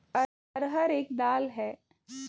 अरहर एक दाल है